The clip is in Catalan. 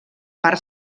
part